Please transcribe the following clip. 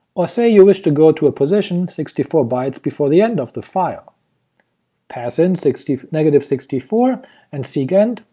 or say you wish to go to a position sixty four bytes before the end of the file pass in negative sixty four and seek end,